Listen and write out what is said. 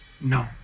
no